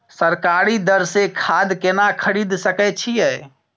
सरकारी दर से खाद केना खरीद सकै छिये?